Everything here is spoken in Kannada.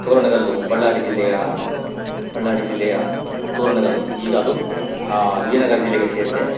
ತೋರಣಗಲ್ಲು ಬಳ್ಳಾರಿ ಜಿಲ್ಲೆಯ ಬಳ್ಳಾರಿ ಜಿಲ್ಲೆಯ ತೋರಣಗಲ್ಲು ಈಗ ಅದು ವಿಜಯನಗರ ಜಿಲ್ಲೆಗೆ ಸೇರಿದೆ